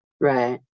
right